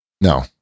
No